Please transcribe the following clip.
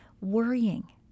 worrying